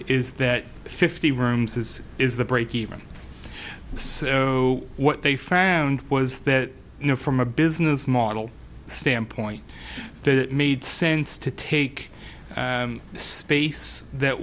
is that fifty rooms is is the breakeven so what they found was that you know from a business model standpoint that it made sense to take space that